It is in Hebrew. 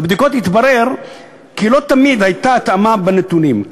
ובבדיקות התברר כי לא תמיד הייתה התאמה בנתונים.